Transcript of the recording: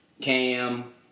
Cam